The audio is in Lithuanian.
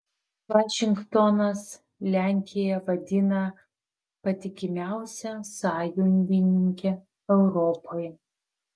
vašingtonas lenkiją vadina patikimiausia sąjungininke europoje